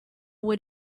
what